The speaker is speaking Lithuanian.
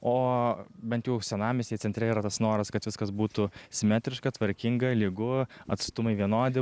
o bent jau senamiestyje centre yra tas noras kad viskas būtų simetriška tvarkinga lygu atstumai vienodi